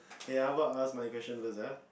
ya how about I'll ask my question first ah